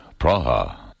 Praha